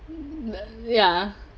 ya